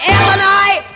Illinois